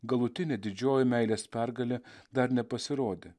galutinė didžioji meilės pergalė dar nepasirodė